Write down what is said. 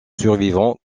survivant